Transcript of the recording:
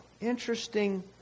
Interesting